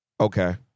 Okay